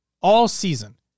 All-season